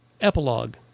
epilogue